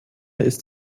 ist